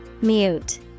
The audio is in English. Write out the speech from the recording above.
Mute